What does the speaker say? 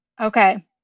okay